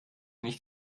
nicht